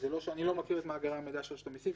אני לא מכיר את מאגרי המידע של רשות המיסים,